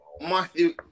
Matthew